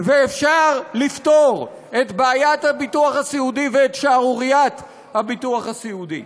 ואפשר לפתור את בעיית הביטוח הסיעודי ואת שערוריית הביטוח הסיעודי.